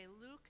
Luke